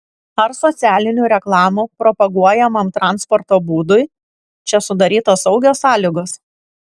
ar socialinių reklamų propaguojamam transporto būdui čia sudarytos saugios sąlygos